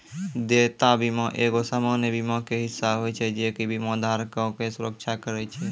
देयता बीमा एगो सामान्य बीमा के हिस्सा होय छै जे कि बीमा धारको के सुरक्षा करै छै